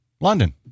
London